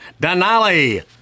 denali